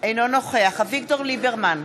אינו נוכח אביגדור ליברמן,